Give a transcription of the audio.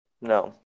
No